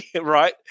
Right